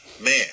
Man